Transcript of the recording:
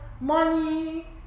money